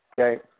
okay